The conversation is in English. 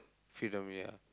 freedom ya uh